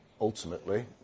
ultimately